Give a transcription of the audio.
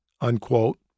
unquote